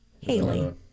Haley